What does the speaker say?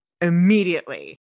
immediately